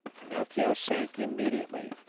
pinocchio sank immediately.